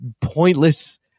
pointless